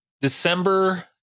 December